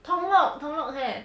tung lok tung lok have